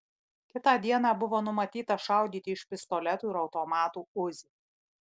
kitą dieną buvo numatyta šaudyti iš pistoletų ir automatų uzi